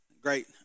great